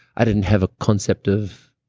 i didn't have a concept of.